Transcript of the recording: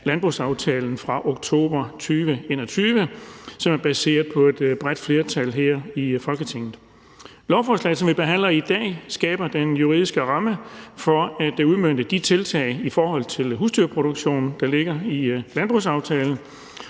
landbrugsaftalen fra oktober 2021, som er baseret på et bredt flertal her i Folketinget. Lovforslaget, som vi behandler i dag, skaber den juridiske ramme for at udmønte de tiltag i forhold til husdyrproduktionen, der ligger i landbrugsaftalen,